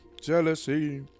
Jealousy